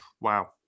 Wow